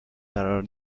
قرار